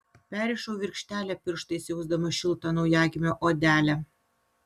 perrišau virkštelę pirštais jausdama šiltą naujagimio odelę